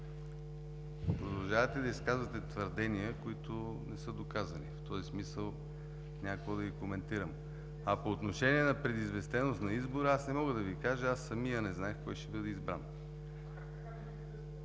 Продължавате да изказвате твърдения, които не са доказани и в този смисъл няма какво да ги коментирам. А по отношение на предизвестеност на избора. Аз не мога да Ви кажа. Аз самият не знаех кой ще бъде избран.